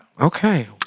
Okay